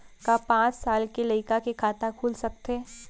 का पाँच साल के लइका के खाता खुल सकथे?